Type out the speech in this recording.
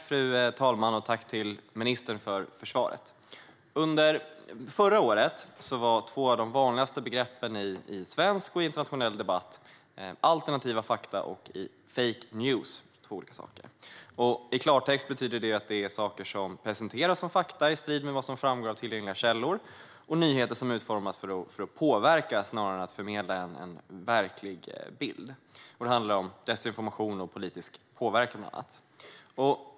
Fru talman! Tack, ministern, för svaret! Under förra året var två av de vanligaste begreppen i svensk och internationell debatt alternativa fakta och fake news - två olika saker. I klartext innebär det att saker presenteras som fakta i strid med vad som framgår av tillgängliga källor och att nyheter utformas för att påverka snarare än för att förmedla en verklig bild. Det handlar bland annat om desinformation och politisk påverkan.